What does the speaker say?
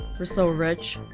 we're so rich